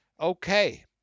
Okay